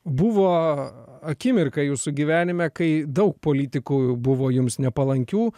buvo akimirka jūsų gyvenime kai daug politikų buvo jums nepalankių